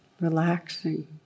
relaxing